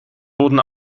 wurden